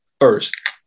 first